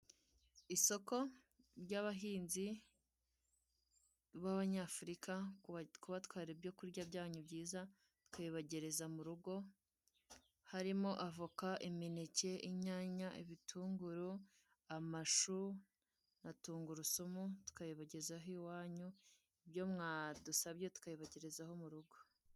Isoko ry'abahinzi b'abanyafurika batwara ibyo kurya byanyu byiza bakabibagereza mu rugo harimo avoka, imineke, inyanya, ibitunguru amashu na tungurusumu tukabibagezaho iwanyu ibyo mwadusabye tukabibagerezaho mu rugo.